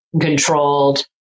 controlled